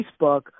Facebook